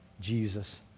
Jesus